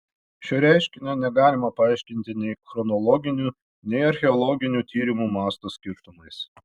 šio reiškinio negalima paaiškinti nei chronologiniu nei archeologinių tyrimų masto skirtumais